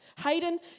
Hayden